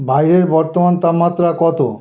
বাইরের বর্তমান তাপমাত্রা কতো